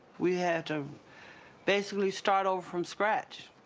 we had to basically start over from scratch.